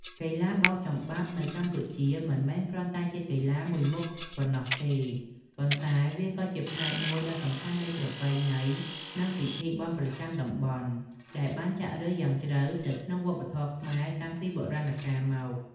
កីឡាបោកចំបាប់នៅកម្ពុជាមិនមែនគ្រាន់តែជាកីឡាមួយមុខប៉ុណ្ណោះទេ ប៉ុន្តែវាក៏ជាផ្នែកមួយដ៏សំខាន់នៃ ប្រពៃណី និងពិធីបុណ្យប្រចាំតំបន់ ដែលបានចាក់ឫសយ៉ាងជ្រៅទៅក្នុងវប្បធម៌ខ្មែរតាំងពីបុរាណកាលមក។